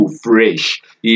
fresh